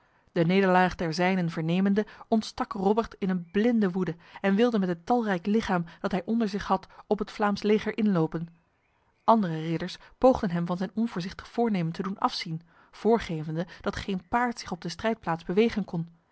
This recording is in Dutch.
de nederlaag der zijnen vernemende ontstak robert in een blinde woede en wilde met het talrijk lichaam dat hij onder zich had op het vlaams leger inlopen andere ridders poogden hem van zijn onvoorzichtig voornemen te doen afzien voorgevende dat geen paard zich op de strijdplaats bewegen kon